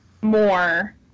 more